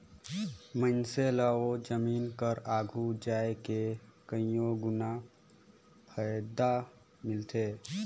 मइनसे ल ओ जमीन कर आघु जाए के कइयो गुना फएदा मिलथे